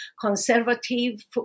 conservative